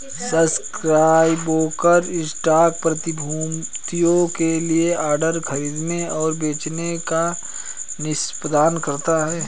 stockbroker stock प्रतिभूतियों के लिए ऑर्डर खरीदने और बेचने का निष्पादन करता है